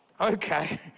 Okay